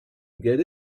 get